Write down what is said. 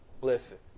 listen